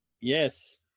Yes